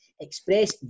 Express